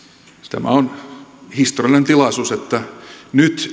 tämä on historiallinen tilaisuus että nyt